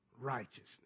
righteousness